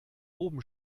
oben